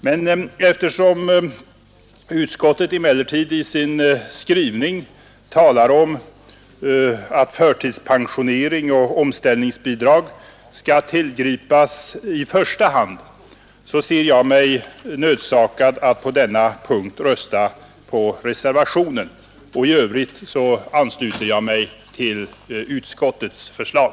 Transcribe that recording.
Men eftersom utskottet i sin skrivning talar om att förtidspensionering och omställningsbidrag skall tillgripas i första hand, ser jag mig nödsakad att på denna punkt rösta för reservationen. I övrigt ansluter jag mig till utskottets förslag.